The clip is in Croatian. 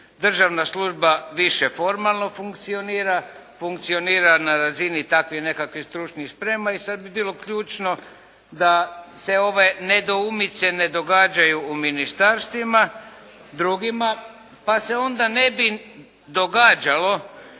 Državna služba više formalno funkcionira, funkcionira na razini takvih nekakvih stručnih sprema i sada bi bilo ključno da se ove nedoumice ne događaju u ministarstvima drugima pa se onda ne bi događalo